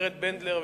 לגברת בנדלר,